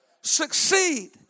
succeed